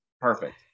Perfect